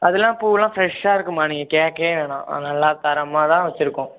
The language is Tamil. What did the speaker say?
அதெலாம் பூவெலாம் ஃப்ரெஷ்ஷாக இருக்கும்மா நீங்கள் கேட்கவே வேணாம் நல்லா தரமாக தான் வச்சுருக்கோம்